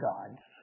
Gods